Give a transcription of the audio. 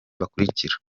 bakurikira